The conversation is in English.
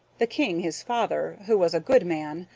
the king, his father, who was a good man,